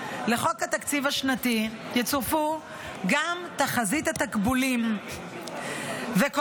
לחוק התקציב השנתי יצורפו גם תחזית התקבולים וכל